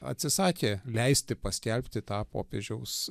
atsisakė leisti paskelbti tą popiežiaus